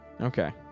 Okay